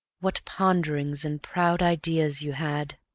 what ponderings and proud ideas you had!